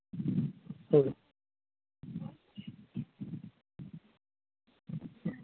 ᱦᱮᱸ